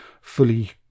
fully